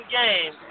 game